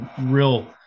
real –